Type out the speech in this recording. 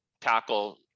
tackle